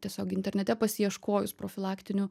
tiesiog internete pasi ieškojus profilaktinių